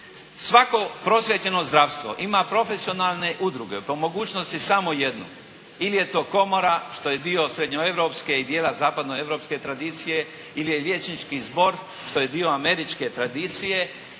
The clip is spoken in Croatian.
Svako prosvijećeno zdravstvo ima profesionalne udruge, po mogućnosti samo jednu. Ili je to komora što je dio srednjoeuropske i djela zapadnoeuropske tradicije ili je liječnički zbor, što je dio američke tradicije.